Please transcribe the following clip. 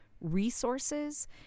resources